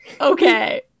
Okay